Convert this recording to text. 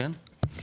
כן.